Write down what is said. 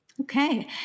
Okay